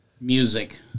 music